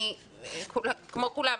אני כמו כולם,